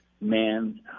man